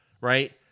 right